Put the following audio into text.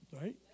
Right